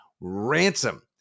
ransom